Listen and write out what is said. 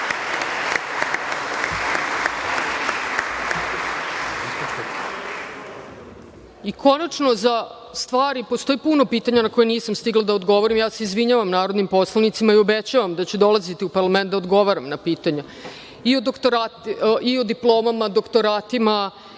zemlju. Konačno, postoji puno pitanja na koja nisam stigla da odgovorim, ja se izvinjavam narodnim poslanicima i obećavam da ću dolaziti u parlament da odgovaram na pitanja i o diplomama, doktoratima,